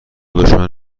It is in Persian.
دشمن